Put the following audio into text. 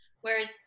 Whereas